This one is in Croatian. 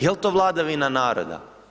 Jel to vladavina naroda?